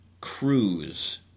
cruise